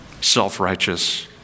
self-righteous